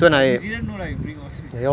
or he didn't know lah you bring all